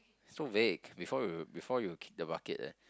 so vague before you before you'll kick the bucket leh